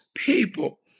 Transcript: People